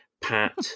Pat